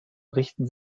richten